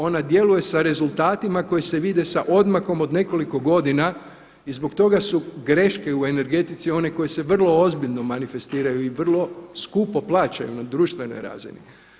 Ona djeluje sa rezultatima koji se vide sa odmakom od nekoliko godina i zbog toga su greške u energetici one koje se vrlo ozbiljno manifestiraju i vrlo skupo plaćaju na društvenoj razini.